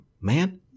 man